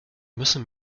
müssen